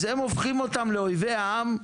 אז הם הופכים אותם לאויבי העם,